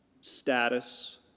status